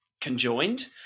conjoined